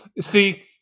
See